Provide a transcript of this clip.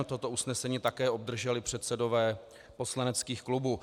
Toto usnesení také obdrželi předsedové poslaneckých klubů.